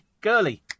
girly